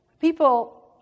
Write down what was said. people